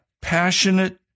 passionate